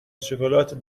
شکلات